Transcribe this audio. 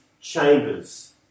chambers